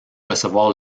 recevoir